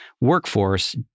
workforce